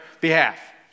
behalf